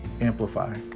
Amplify